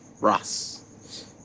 Ross